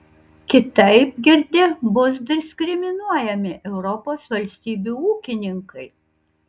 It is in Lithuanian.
kitaip girdi bus diskriminuojami europos valstybių ūkininkai